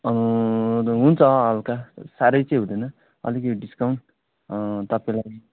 हुन्छ हल्का साह्रै चाहिँ हुँदैन अलिकति डिस्काउन्ट तपाईँलाई